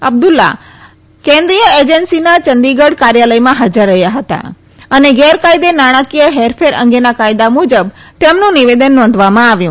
અબદુલ્લા આ કેન્દ્રીય એજન્સી ના યંદીગઢ કાર્યાલયમાં હાજર રહ્યા અને ગેરકાયદે નાણાંકીય હેરફેર અંગેના કાયદા મુજબ તેમનું નિવેદન નોંધવામાં આવ્યું